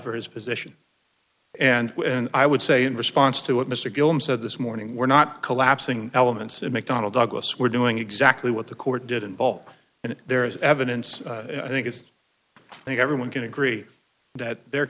for his position and i would say in response to what mr gilman said this morning we're not collapsing elements of mcdonnell douglas we're doing exactly what the court did involve and there is evidence i think it's i think everyone can agree that there